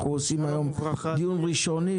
אנחנו עושים היום דיון ראשוני,